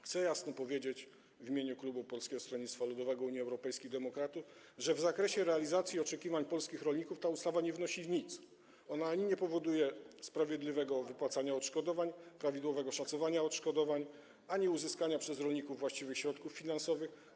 Chcę w imieniu klubu Polskiego Stronnictwa Ludowego - Unii Europejskich Demokratów jasno powiedzieć, że w zakresie realizacji oczekiwań polskich rolników ta ustawa nie wnosi nic, ona ani nie powoduje sprawiedliwego wypłacania odszkodowań, prawidłowego szacowania odszkodowań, ani uzyskania przez rolników właściwych środków finansowych.